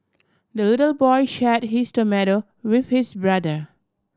the little boy shared his tomato with his brother